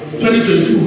2022